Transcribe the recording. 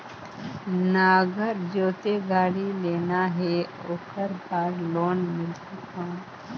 नागर जोते गाड़ी लेना हे ओकर बार लोन मिलही कौन?